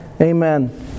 Amen